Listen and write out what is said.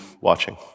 watching